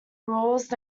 rules